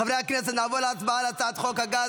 חברי הכנסת, נעבור להצבעה על הצעת חוק הגז